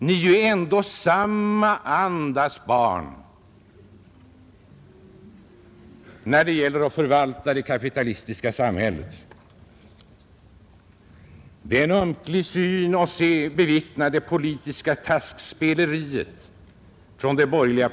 Ni är samma andas barn då det gäller att förvalta det kapitalistiska samhällssystemet. Det är en ömklig syn att bevittna det politiska taskspeleriet från de borgerliga.